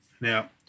Now